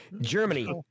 Germany